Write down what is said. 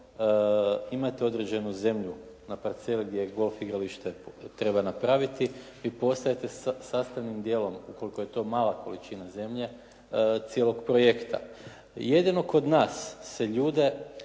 imate određenu zemlju na parceli gdje golf igralište treba napraviti, vi postajete sastavnim dijelom, ukoliko je to mala količina zemlje, cijelog projekta. Jedino kod nas se ljude